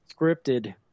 Scripted